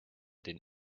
den